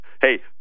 hey